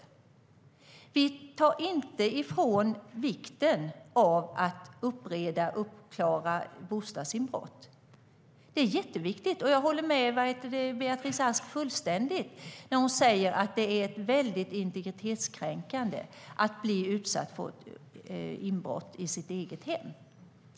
Vi tar inte bort vikten av att utreda och klara upp bostadsinbrott; det är jätteviktigt. Jag håller med Beatrice Ask fullständigt när hon säger att det är mycket integritetskränkande att bli utsatt för inbrott i sitt eget hem.